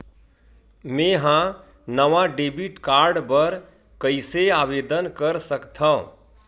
मेंहा नवा debit card बर कैसे आवेदन कर सकथव?